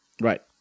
Right